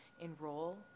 enroll